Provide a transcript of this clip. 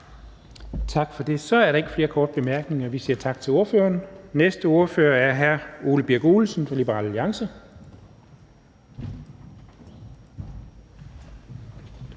Tak for det. Så er der ikke flere korte bemærkninger, og vi siger tak til ordføreren. Den næste ordfører er hr. Ole Birk Olesen fra Liberal Alliance.